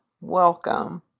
welcome